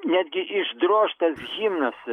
netgi išdrožtas himnas